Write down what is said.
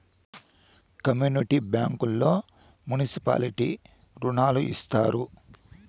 community బ్యాంకుల్లో municipality రుణాలు ఇత్తారు